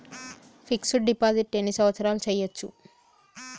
Fix డ్ deposit ఎన్ని సంవత్సరాలు చేయచ్చు?